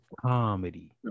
comedy